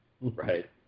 right